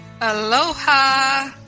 Aloha